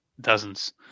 dozens